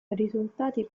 risultati